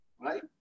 Right